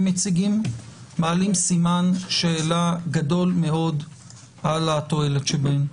מציגים מעלים סימן שאלה גדול מאוד בנוגע לתועלת שבהן.